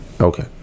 Okay